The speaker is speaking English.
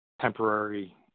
temporary